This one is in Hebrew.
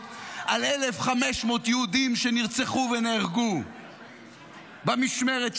על 1,500 יהודים שנרצחו ונהרגו במשמרת שלו?